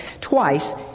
twice